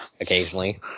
occasionally